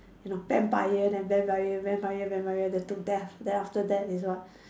you know Vampire then Vampire Vampire Vampire then to death then after that is what